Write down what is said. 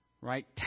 right